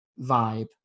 vibe